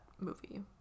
movie